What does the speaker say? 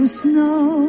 snow